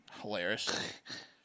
Hilarious